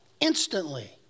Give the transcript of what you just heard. Instantly